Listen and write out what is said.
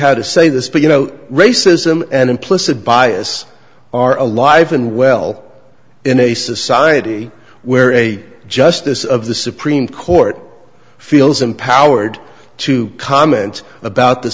how to say this but you know racism and implicit bias are alive and well in a society where a justice of the supreme court feels empowered to comment about the